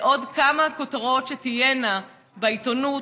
לעוד כמה כותרות שתהיינה בעיתונות,